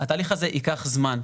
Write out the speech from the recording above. התהליך זה ייקח זמן.